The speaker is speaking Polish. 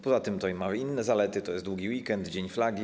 Poza tym to ma inne zalety, jest długi weekend, dzień flagi.